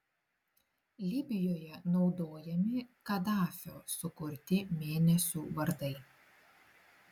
libijoje naudojami kadafio sukurti mėnesių vardai